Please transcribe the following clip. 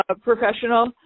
professional